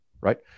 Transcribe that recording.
right